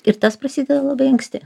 ir tas prasideda labai anksti